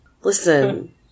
Listen